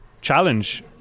challenge